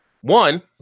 One